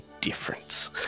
difference